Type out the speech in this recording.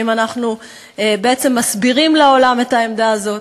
האם אנחנו בעצם מסבירים לעולם את העמדה הזאת.